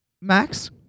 Max